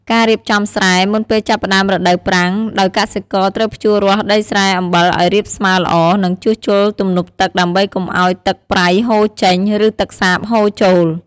ការរៀបចំស្រែ មុនពេលចាប់ផ្តើមរដូវប្រាំង ដោយកសិករត្រូវភ្ជួររាស់ដីស្រែអំបិលឱ្យរាបស្មើល្អ និងជួសជុលទំនប់ទឹកដើម្បីកុំឱ្យទឹកប្រៃហូរចេញ ឬទឹកសាបហូរចូល។